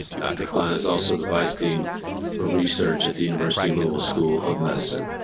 dr. klein is also the vice dean for research at the university little school of medicine.